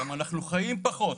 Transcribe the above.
אנחנו גם חיים פחות.